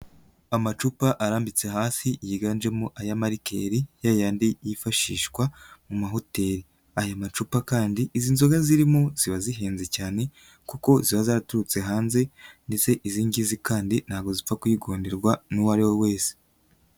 Amacupa arambitse hasi yiganjemo aya marikeri, yayandi yifashishwa mu mahoteli, aya macupa kandi izi nzoga zirimo ziba zihenze cyane kuko ziba zaturutse hanze ndetse iz'ingizi kandi ntago zipfa kwigonderwa n'uwariwe wese.